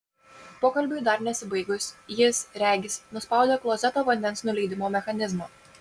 pokalbiui dar nesibaigus jis regis nuspaudė klozeto vandens nuleidimo mechanizmą